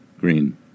Green